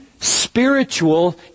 spiritual